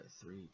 three